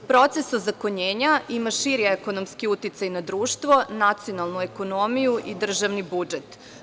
Proces ozakonjenja ima širi ekonomski uticaj na društvo, nacionalnu ekonomiju i državni budžet.